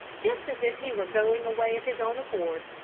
just as if he were going away of his own accord,